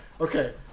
Okay